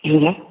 எதுங்க